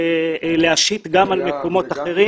להשית גם על מקומות אחרים.